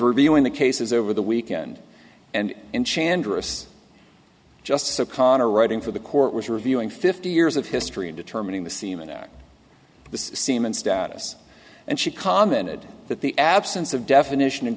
reviewing the cases over the weekend and in chandra's justice o'connor writing for the court was reviewing fifty years of history in determining the semen at the semen status and she commented that the absence of definition and